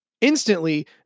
instantly